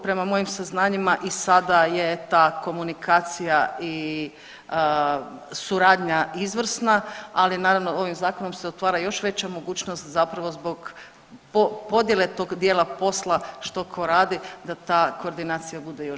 Prema mojim saznanjima i sada je ta komunikacija i suradnja izvrsna, ali naravno ovim zakonom se otvara još veća mogućnost zapravo zbog podijele tog dijela posla što ko radi da ta koordinacija bude što bolja.